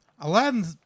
Aladdin